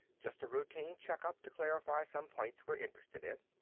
just a routine checkup to clarify some points we're interested in.